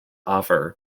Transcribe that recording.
offer